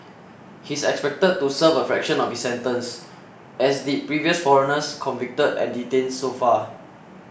he's expected to serve a fraction of his sentence as did previous foreigners convicted and detained so far